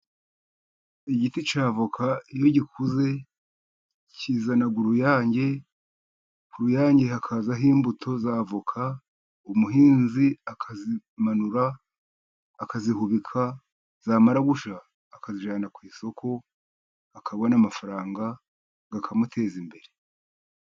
Igiti cya avoka iyo gikuze kizana uruyange. ku ruyange hakazaho imbuto za avoka, umuhinzi akazimanura akazihubika. Zamara gushya akazijyana ku isoko akabona amafaranga, akamuteza imbere.